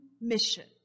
mission